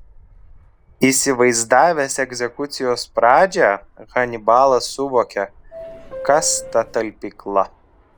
įsivaizdavęs egzekucijos pradžią hanibalas suvokė kas ta talpykla